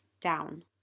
down